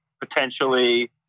potentially